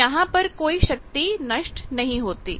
तो यहां पर कोई शक्ति नष्ट नहीं होती